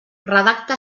redacta